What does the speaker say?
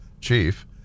chief